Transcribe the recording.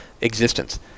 existence